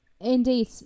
Indeed